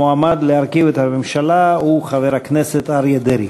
המועמד להרכיב את הממשלה הוא חבר הכנסת אריה דרעי.